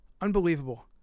unbelievable